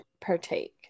partake